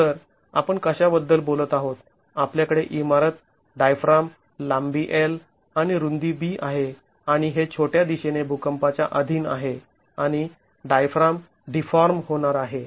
तर आपण कशाबद्दल बोलत आहोत आपल्याकडे इमारत डायफ्राम लांबी L आणि रुंदी B आहे आणि हे छोट्या दिशेने भुकंपाच्या अधीन आहे आणि डायफ्राम डीफाॅर्म होणार आहे